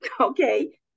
Okay